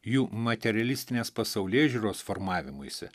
jų materialistinės pasaulėžiūros formavimuisi